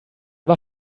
war